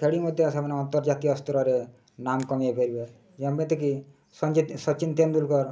ଖେଳି ମଧ୍ୟ ସେମାନେ ଅନ୍ତର୍ଜାତୀୟ ସ୍ତରରେ ନାମ କମାଇ ପାରିବେ ଯେମିତିକି ସଚିନ ତେନ୍ଦୁଲକର